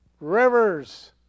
Rivers